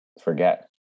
forget